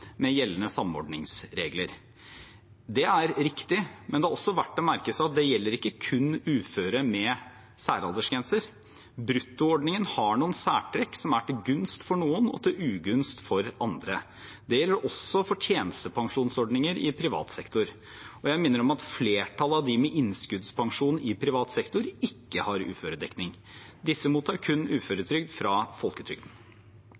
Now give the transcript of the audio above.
med gjeldende samordningsregler. Det er riktig, men det er også verdt å merke seg at det gjelder ikke kun uføre med særaldersgrenser. Bruttoordningen har noen særtrekk som er til gunst for noen og til ugunst for andre. Det gjelder også for tjenestepensjonsordninger i privat sektor. Jeg minner om at flertallet av de med innskuddspensjon i privat sektor ikke har uføredekning. Disse mottar kun